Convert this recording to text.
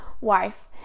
wife